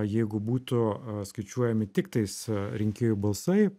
jeigu būtų skaičiuojami tiktais rinkėjų balsai